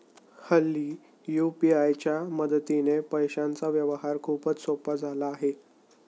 हल्ली यू.पी.आय च्या मदतीने पैशांचा व्यवहार खूपच सोपा झाला आहे